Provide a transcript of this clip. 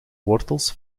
wortels